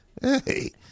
Hey